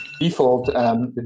default